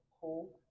cool